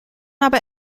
aber